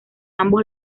ambos